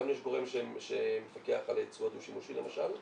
לנו יש גורם שמפקח על הייצוא הדו שימושי למשל,